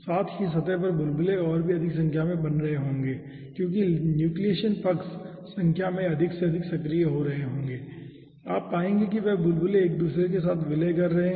साथ ही सतह पर बुलबुले और भी अधिक संख्या में बन रहे होंगे क्योंकि न्यूक्लियेशन पक्ष संख्या में अधिक से अधिक सक्रिय हो रहे होंगे और आप पाएंगे कि वे बुलबुले एक दूसरे के साथ विलय कर रहे हैं